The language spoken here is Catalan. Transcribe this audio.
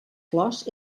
flors